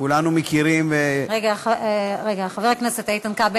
כולנו מכירים, רגע, חבר הכנסת איתן כבל.